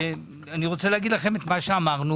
אני רוצה להגיד לכם את מה שאמרנו,